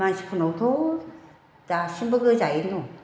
मानसिफोरनावथ' दासिमबो गोजायैनो दं